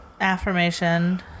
affirmation